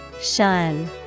Shun